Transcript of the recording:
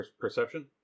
perception